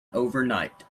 overnight